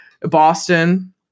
boston